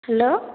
hello